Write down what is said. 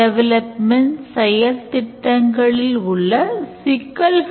ordering உடன் தொடர்புடைய uses cases இங்குள்ளன